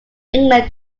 england